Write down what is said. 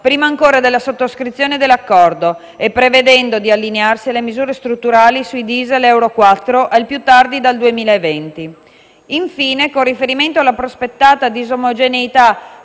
prima ancora della sottoscrizione dell'accordo e prevedendo di allinearsi alle misure strutturali sui *diesel* Euro 4 al più tardi dal 2020. Infine, con riferimento alla prospettata disomogeneità